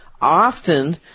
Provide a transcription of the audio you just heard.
often